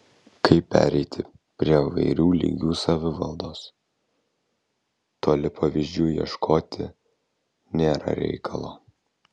kaip pereiti prie įvairių lygių savivaldos toli pavyzdžių ieškoti nėra reikalo